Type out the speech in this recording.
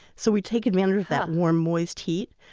so we take advantage of that warm moist heat.